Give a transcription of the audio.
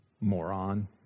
Moron